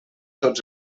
tots